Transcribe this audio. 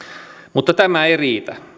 mutta tämä ei riitä